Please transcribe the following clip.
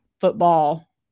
football